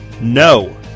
no